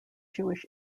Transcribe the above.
jewish